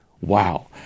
Wow